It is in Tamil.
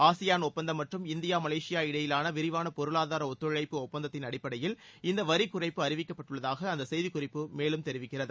ஆசியான் ஒப்பந்தம் மற்றும் இந்தியா மலேசியா இடையிலான விரிவான பொருளாதார ஒத்துழைப்பு ஒப்பந்தத்தின் அடிப்படையில் இந்த வரி குறைப்பு அறிவிக்கப்பட்டுள்ளதாக அந்த செய்திக்குறிப்பு மேலும் தெரிவிக்கிறது